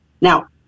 Now